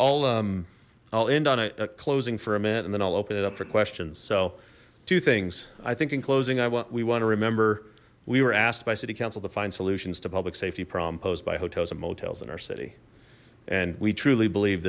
all i'll end on a closing for a minute and then i'll open it up for questions so two things i think in closing i want we want to remember we were asked by city council to find solutions to public safety problem posed by hotels and motels in our city and we truly believe